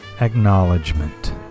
Acknowledgement